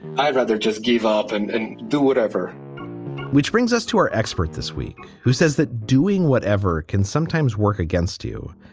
i'd rather just give up and and do whatever which brings us to our expert this week who says that doing whatever can sometimes work against you,